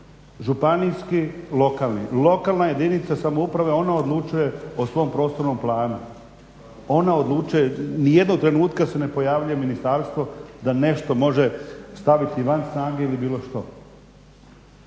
županijski, lokalni. Lokalna jedinica samouprave ona odlučuje o svom prostornom planu, ona odlučuje ni jednog trenutka se ne pojavljuje ministarstvo da nešto može staviti van snage ili bilo što.